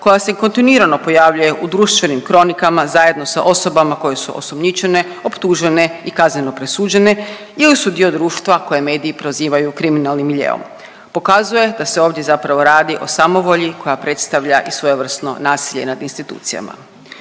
koja se kontinuirano pojavljuje u društvenim kronikama zajedno sa osobama koje su osumnjičene, optužene i kazneno presuđene ili su dio društva koje mediji prozivaju kriminalnim miljeom. Pokazuje da se ovdje zapravo radi o samovolji koja predstavlja i svojevrsno nasilje nad institucijama.